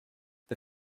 the